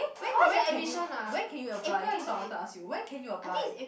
when when can you when can you apply that's what I want to ask you when can you apply